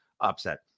upset